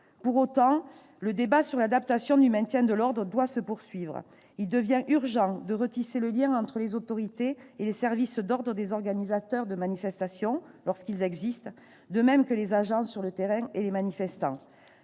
Pour autant, le débat sur l'adaptation du maintien de l'ordre doit se poursuivre. Il devient urgent de retisser le lien entre les autorités et les services d'ordre des organisateurs de manifestations, lorsqu'ils existent, de même que les agents sur le terrain et les manifestants.